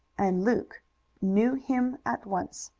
and luke knew him at once.